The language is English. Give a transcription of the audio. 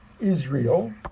Israel